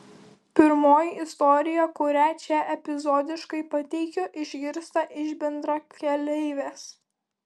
pirmoji istorija kurią čia epizodiškai pateikiu išgirsta iš bendrakeleivės